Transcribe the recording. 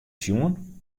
sjoen